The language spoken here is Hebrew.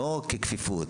לא ככפיפות,